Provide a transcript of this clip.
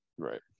Right